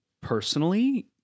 personally